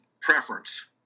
preference